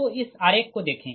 तो इस आरेख को देखें